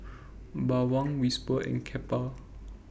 Bawang Whisper and Kappa